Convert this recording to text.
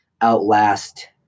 outlast